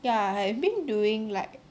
ya I've been doing like